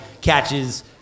catches